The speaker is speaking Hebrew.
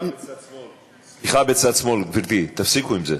בצד שמאל, גברתי, תפסיקו עם זה.